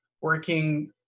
Working